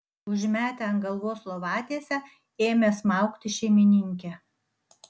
užmetę ant galvos lovatiesę ėmė smaugti šeimininkę